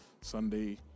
Sunday